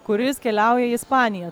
kuris keliauja į ispaniją